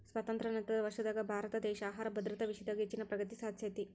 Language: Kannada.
ಸ್ವಾತಂತ್ರ್ಯ ನಂತರದ ವರ್ಷದಾಗ ಭಾರತದೇಶ ಆಹಾರ ಭದ್ರತಾ ವಿಷಯದಾಗ ಹೆಚ್ಚಿನ ಪ್ರಗತಿ ಸಾಧಿಸೇತಿ